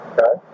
Okay